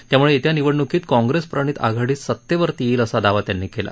त्याम्ळे येत्या निवडण्कीत काँग्रेस प्रणित आघाडी सतेवर येईल असा दावा त्यांनी केला